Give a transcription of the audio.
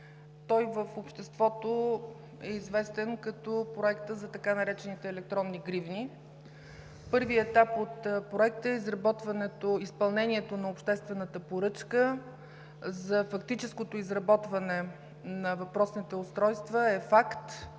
В обществото е известен като Проекта за така наречените „електронни гривни“. Първият етап от проекта – изпълнението на обществената поръчка за фактическото изработване на въпросните устройства, е факт